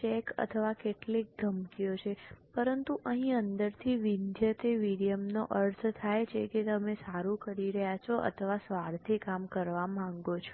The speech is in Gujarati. ચેક અથવા કેટલીક ધમકીઓ છે પરંતુ અહીં અંદરથી વિન્દ્યતે વીર્યમનો અર્થ થાય છે કે તમે સારું કરી રહ્યા છો અથવા સ્વાર્થી કામ કરવા માંગો છો